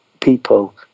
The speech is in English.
people